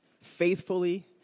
faithfully